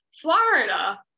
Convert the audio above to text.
Florida